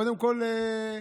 קודם כול,